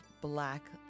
black